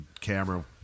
camera